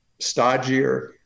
stodgier